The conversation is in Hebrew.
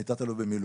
אני תא"ל במילואים.